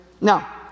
Now